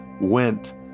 went